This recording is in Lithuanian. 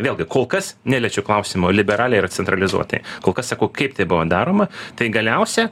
vėlgi kol kas neliečiu klausimo liberaliai ir centralizuotai kol kas sakau kaip tai buvo daroma tai galiausia